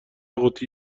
قوطی